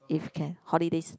if can holidays